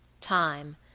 Time